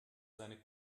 seine